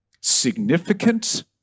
significant